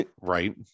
right